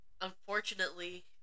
unfortunately